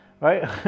right